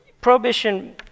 prohibition